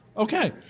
Okay